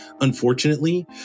unfortunately